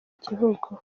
gihugu